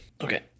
Okay